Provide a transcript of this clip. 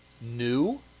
new